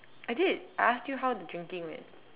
I did I asked you how the drinking went